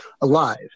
alive